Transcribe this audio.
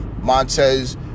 Montez